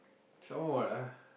some more what ah